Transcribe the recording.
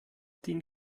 den